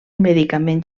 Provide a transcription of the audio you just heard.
medicament